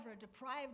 deprived